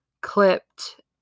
clipped